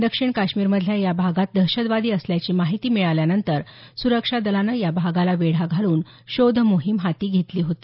दक्षिण काश्मीरमधल्या या भागात दहशतवादी असल्याची माहिती मिळाल्यानंतर सुरक्षा दलांनी या भागाला वेढा घालून शोध मोहीम हाती घेतली होती